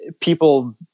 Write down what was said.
people